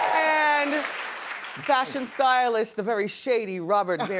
and fashion stylist, the very shady robert